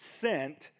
sent